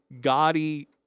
gaudy